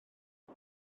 dau